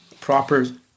proper